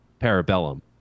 Parabellum